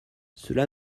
cela